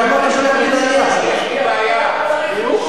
למה אתה שולח אותי להנייה עכשיו?